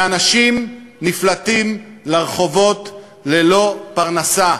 ואנשים נפלטים לרחובות ללא פרנסה.